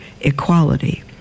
equality